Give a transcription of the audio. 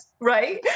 right